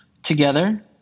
Together